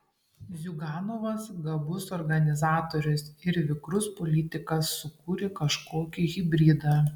ziuganovas gabus organizatorius ir vikrus politikas sukūrė kažkokį hibridą